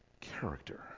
character